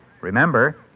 Remember